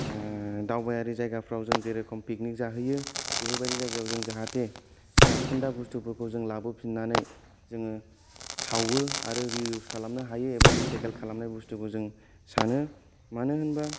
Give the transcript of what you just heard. दावबायारि जायगाफ्राव जों जेरखम पिकनिक जाहैयो बेफोरबायदि जायगायाव जों जाहाते जाखोन्दा बुस्तुफोरखौ जों लाबोफिननानै जोङो सावो आरो रि युस खालामनो हायो एबा रि साइकेल खालामनाय बुस्तुखौ जों सानो मानो होनबा